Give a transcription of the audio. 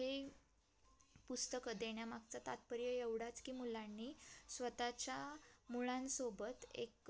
हे पुस्तकं देण्यामागचा तात्पर्य एवढाच की मुलांनी स्वतःच्या मुळांसोबत एक